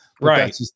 Right